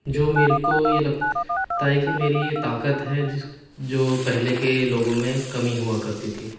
جو میرے کو یہ لگتا ہے کہ میری یہ طاقت ہے جس جو پہلے کے لوگوں میں کم ہی ہوا کرتی تھی